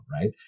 right